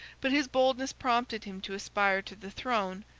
but his boldness prompted him to aspire to the throne,